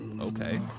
okay